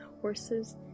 horses